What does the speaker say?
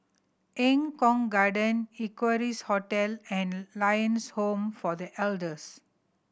Eng Kong Garden Equarius Hotel and Lions Home for The Elders